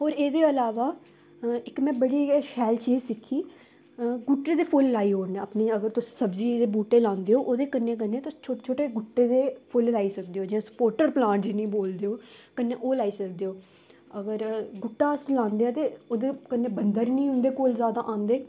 होर एह्दे अलावा इक में बड़ी गै शैल चीज़ सिक्खी गुट्टे दे फुल्ल लाई ओड़ने अपनी अगर तुस सब्जी दे बूह्टे लांदे ओ ओह्दे कन्नै कन्नै तुस छोटे छोटे गुट्टे दे फुल्ल लाई सकदे ओ जियां सपोर्टर प्लांट जि'नेंगी बोलदे ओ कन्नै ओह् लाई सकदे ओ अगर गुट्टा अस लांदे आं ते ओह्दे कन्नै बंदर निं उं'दे कोल जादा आंदे